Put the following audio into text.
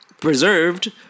preserved